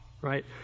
right